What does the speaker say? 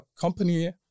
company